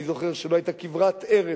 אני זוכר שלא היתה כברת ארץ,